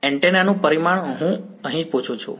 antenna નું પરિમાણ હું અહીં પૂછું છું